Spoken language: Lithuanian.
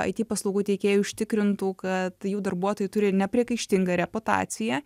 it paslaugų teikėjai užtikrintų kad jų darbuotojai turi nepriekaištingą reputaciją